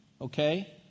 Okay